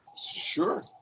Sure